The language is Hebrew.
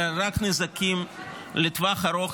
אלא רק נזקים לטווח ארוך,